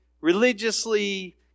religiously